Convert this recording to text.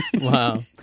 Wow